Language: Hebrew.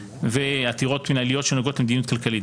ועתירות מינהליות שנוגעות למדיניות כלכלית.